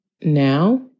Now